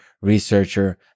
researcher